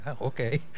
okay